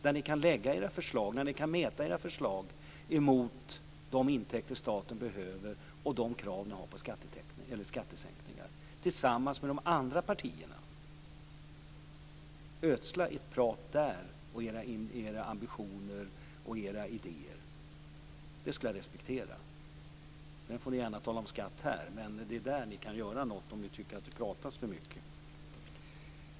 Där kan ni tillsammans med de andra partierna lägga fram era förslag och mäta dem mot de intäkter som staten behöver och de krav ni har på skattesänkningar. Ödsla ert prat, era ambitioner och idéer där. Det skulle jag respektera. Sedan får ni gärna tala om skatt här. Men det är där ni kan göra något, om ni tycker att det pratas för mycket.